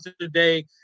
today